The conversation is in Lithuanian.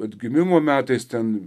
atgimimo metais ten